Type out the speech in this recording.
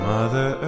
Mother